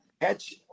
catch